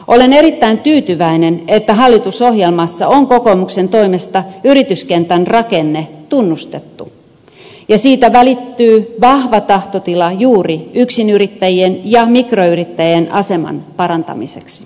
olen erittäin tyytyväinen että hallitusohjelmassa on kokoomuksen toimesta yrityskentän rakenne tunnustettu ja siitä välittyy vahva tahtotila juuri yksinyrittäjien ja mikroyrittäjien aseman parantamiseksi